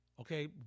Okay